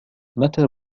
متى